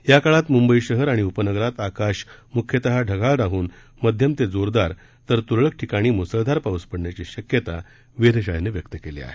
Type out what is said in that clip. या काळात मुंबई शहर आणि उपनगरात आकाश मुख्यतः ढगाळ राहून मध्यम ते जोरदार तर तुरळक ठिकाणी मुसळधार पाऊस पडण्याची शक्यता आहे